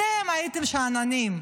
אתם הייתם שאננים,